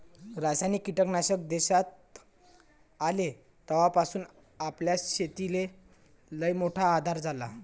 रासायनिक कीटकनाशक देशात आले तवापासून आपल्या शेतीले लईमोठा आधार झाला